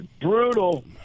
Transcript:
Brutal